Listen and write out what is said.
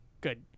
good